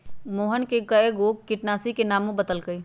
मोहन कै गो किटनाशी के नामो बतलकई